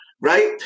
right